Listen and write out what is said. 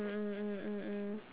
mm mm mm mm mm